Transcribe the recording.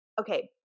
okay